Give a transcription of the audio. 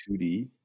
2d